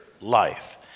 life